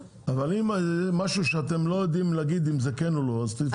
אבל אם משהו שאתם לא יודעים להגיד אם זה כן או לא אז תתנו,